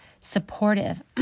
supportive